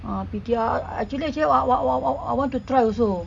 ah pity ya actually actually wa~ wa~ wa~ wa~ I want to try also